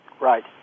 Right